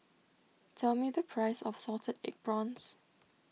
tell me the price of Salted Egg Prawns